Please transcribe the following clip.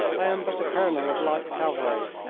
i am but a colonel of light cavalry,